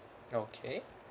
okay